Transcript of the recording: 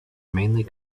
mainly